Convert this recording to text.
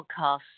podcasts